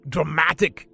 Dramatic